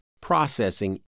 processing